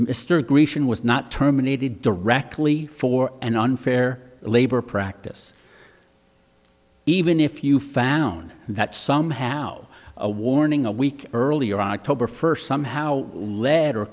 mr grecian was not terminated directly for an unfair labor practice even if you found that somehow a warning a week earlier october first somehow led or